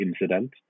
incident